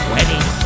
Wedding